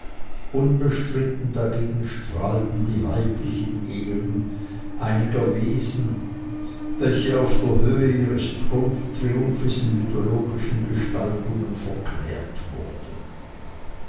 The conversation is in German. unbestritten dagegen strahlten die weiblichen ehren einiger wesen welche auf der höhe ihres triumphes in mythologischen gestaltungen verklärt wurden